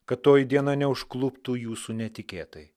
kad toji diena neužkluptų jūsų netikėtai